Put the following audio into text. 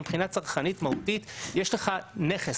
מבחינה צרכנית מהותית יש לך נכס.